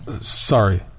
Sorry